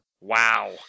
Wow